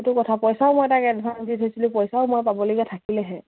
সেইটো কথা পইচাও মই তাক এডভাঞ্চ দি থৈছিলোঁ পইচাও মই পাবলগীয়া থাকিলেহে